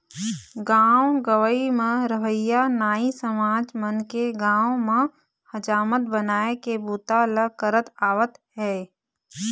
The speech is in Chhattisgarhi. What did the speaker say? गाँव गंवई म रहवइया नाई समाज मन के गाँव म हजामत बनाए के बूता ल करत आवत हे